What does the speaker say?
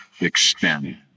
extend